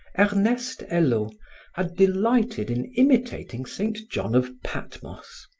ernest hello had delighted in imitating saint john of patmos.